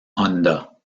honda